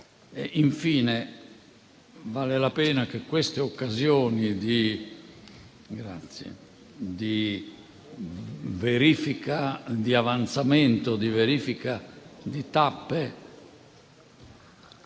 Infine, vale la pena che queste occasioni di verifica di avanzamento e di verifica di tappe